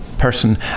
person